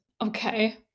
Okay